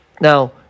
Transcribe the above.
Now